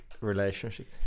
relationship